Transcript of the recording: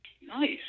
Nice